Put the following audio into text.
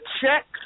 check